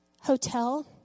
hotel